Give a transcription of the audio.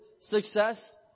success